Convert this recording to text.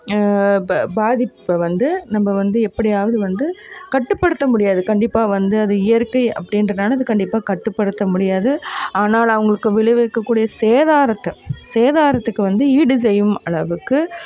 ப பாதிப்பை வந்து நம்ம வந்து எப்படியாவது வந்து கட்டுப்படுத்த முடியாது கண்டிப்பாக வந்து அது இயற்கை அப்படின்றனால அது கண்டிப்பாக கட்டுப்படுத்த முடியாது ஆனால் அவங்களுக்கு விளைவிக்கக் கூடிய சேதாரத்தை சேதாரத்துக்கு வந்து ஈடு செய்யும் அளவுக்கு